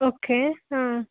okay